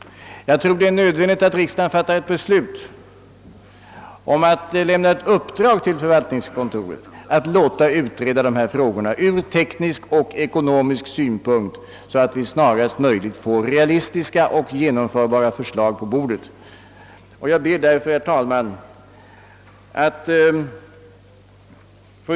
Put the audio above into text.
Jag tror det är nödvändigt att riksdagen beslutar att uppdra åt förvaltningskontoret att låta utreda dessa frågor ur teknisk och ekonomisk synpunkt, så att vi snarast möjligt får realistiska och genomförbara förslag på bordet. Herr talman!